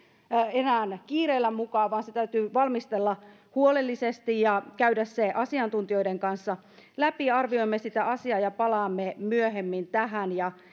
enää kiireellä mukaan vaan se täytyy valmistella huolellisesti ja käydä asiantuntijoiden kanssa läpi arvioimme sitä asiaa ja palaamme myöhemmin tähän